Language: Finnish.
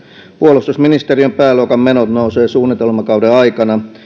puolustusministeriön pääluokan menot nousevat suunnitelmakauden aikana